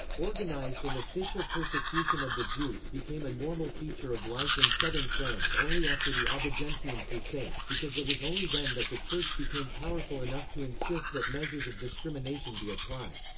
organised and official persecution of the jews became a normal feature of life in southern france only after the albigensian crusade, because it was only then that the church became powerful enough to insist that measures of discrimination be applied.